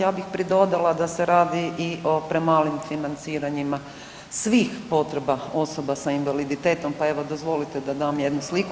Ja bih pridodala da se radi i o premalim financiranja svih potreba osoba sa invaliditetom pa evo, dozvolite da dam jednu sliku.